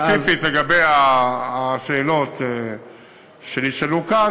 ספציפית לגבי השאלות שנשאלו כאן,